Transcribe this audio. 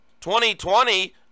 2020